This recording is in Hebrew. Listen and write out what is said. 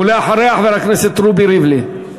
ואחריה, חבר הכנסת רובי ריבלין.